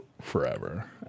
forever